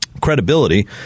credibility